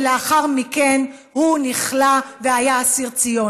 ולאחר מכן הוא נכלא והיה אסיר ציון.